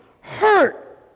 Hurt